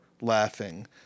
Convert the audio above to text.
laughing